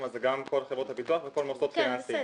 אבל זה גם כל חברות הביטוח וכל המוסדות הפיננסיים.